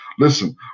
Listen